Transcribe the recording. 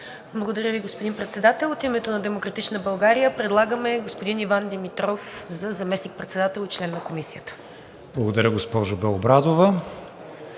Благодаря Ви, господин Председател. От името на „Демократична България“ предлагаме господин Иван Димитров за заместник-председател и член на Комисията. ПРЕДСЕДАТЕЛ КРИСТИАН